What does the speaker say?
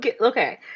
okay